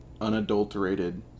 unadulterated